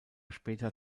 später